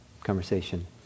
conversation